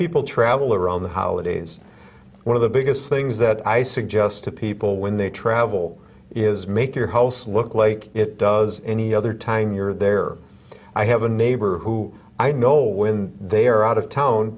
people travel around the holidays one of the biggest things that i suggest to people when they travel is make your house look like it does any other time you're there i have a neighbor who i know when they are out of town